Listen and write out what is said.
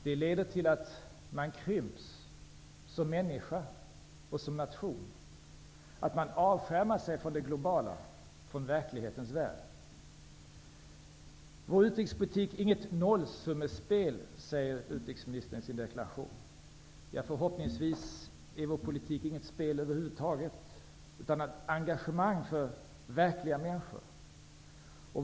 Det leder till att man krymps som människa och som nation, att man avskärmar sig från det globala, från verklighetens värld. Vår utrikespolitik är inget nollsummespel, säger utrikesministern i sin deklaration. Förhoppningsvis är vår politik inget spel över huvud taget utan ett engagemang för verkliga människor.